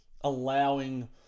allowing